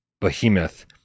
Behemoth